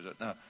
No